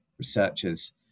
researchers